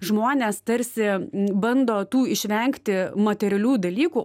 žmonės tarsi bando tų išvengti materialių dalykų